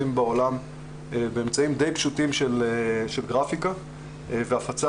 עושים בעולם באמצעים די פשוטים של גרפיקה והפצה